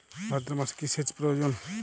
ভাদ্রমাসে কি সেচ প্রয়োজন?